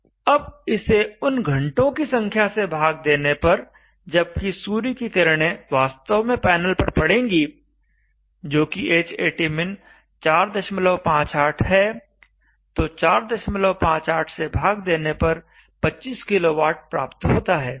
अब इसे उन घंटों की संख्या से भाग देने पर जबकि सूर्य की किरणें वास्तव में पैनल पर पड़ेंगी जो कि Hatmin 458 है तो 458 से भाग देने पर 25 kW प्राप्त होता है